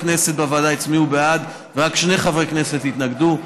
כנסת בוועדה הצביעו בעד ורק שני חברי כנסת התנגדו.